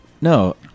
No